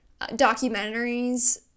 documentaries